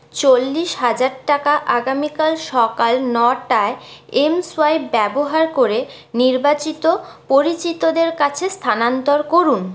চল্লিশ হাজার টাকা আগামীকাল সকাল নটায় এমসোয়াইপ ব্যবহার করে নির্বাচিত পরিচিতদের কাছে স্থানান্তর করুন